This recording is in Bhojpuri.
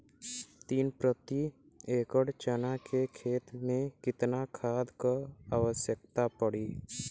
तीन प्रति एकड़ चना के खेत मे कितना खाद क आवश्यकता पड़ी?